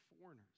foreigners